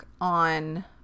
on